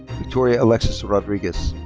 victoria alexis rodriguez.